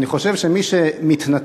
אני חושב שמי שמתנצל